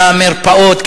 למרפאות,